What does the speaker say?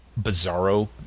bizarro